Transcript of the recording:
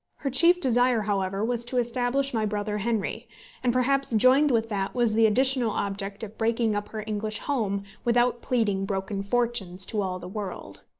her chief desire, however, was to establish my brother henry and perhaps joined with that was the additional object of breaking up her english home without pleading broken fortunes to all the world.